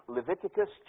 Leviticus